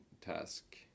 task